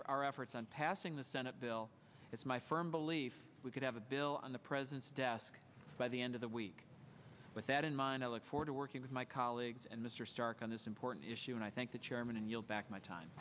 after our efforts on passing the senate bill it's my firm belief we could have a bill on the president's desk by the end of the week with that in mind i look forward to working with my colleagues and mr starke on this important issue and i thank the chairman and yield back my time